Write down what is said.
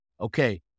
Okay